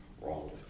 wrong